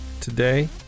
today